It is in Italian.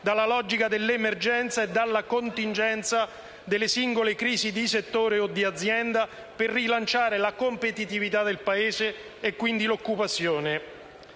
dalla logica dell'emergenza e dalla contingenza delle singole crisi di settore o di azienda, per rilanciare la competitività e, quindi, l'occupazione